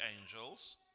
angels